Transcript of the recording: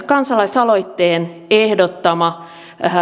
kansalaisaloitteen ehdottama